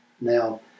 Now